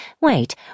Wait